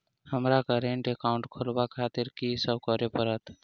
हमरा current account खोलेवाक हेतु की सब करऽ पड़त?